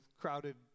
crowded